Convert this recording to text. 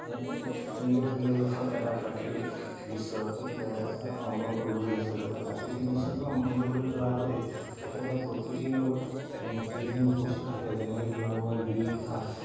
তেনেকৈ ধৰি লওক এটা প্ৰাকৃতিক দৃশ্য তেখেতে অংকন কৰিবলৈ গৈছে প্ৰাকৃতিক দৃশ্যটো অংকন কৰিবলৈ যোৱাৰ আগতে তেখেতে প্ৰকৃতিৰ লগত যিখিনি বস্তু থাকে যেনেকৈ ধৰি লওক নৈ বিল খাল